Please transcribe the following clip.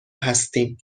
هستیم